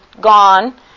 gone